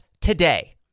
today